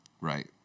Right